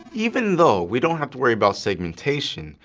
even though we don't have to worry about segmentation,